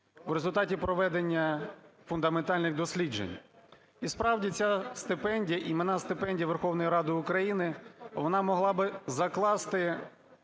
в результаті проведення фундаментальних досліджень. І, справді, ця стипендія, іменна стипендія Верховної Ради України, вона могла би закласти